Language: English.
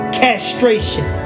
castration